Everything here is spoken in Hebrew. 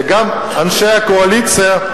וגם אנשי הקואליציה,